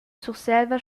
surselva